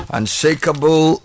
Unshakable